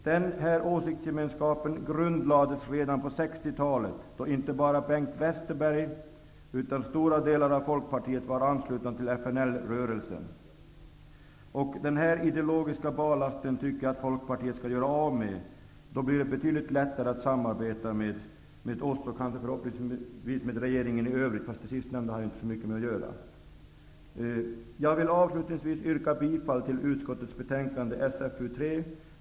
Den här åsiktsgemenskapen grundlades redan på 60-talet, då inte bara Bengt Westerberg, utan stora delar av Folkpartiet var anslutna till FNL-rörelsen. Jag tycker att Folkpartiet skall göra sig av med den ideologiska barlasten. Då blir det betydligt lättare att samarbeta med oss, och förhoppningsvis med regeringen i övrigt. Det sistnämnda har jag inte så mycket med att göra. Avslutningsvis vill jag yrka bifall till hemställan i utskottets betänkande SfU3.